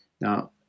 Now